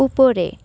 উপরে